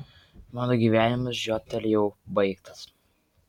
mano gyvenimas žiobtelėjau baigtas